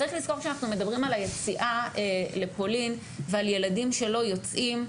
צריך לזכור שאנחנו מדברים על היציאה לפולין ועל ילדים שלא יוצאים.